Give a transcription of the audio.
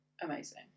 amazing